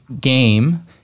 game